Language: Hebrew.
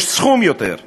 יש סכום גדול יותר.